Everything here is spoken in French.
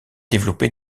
développé